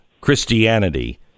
Christianity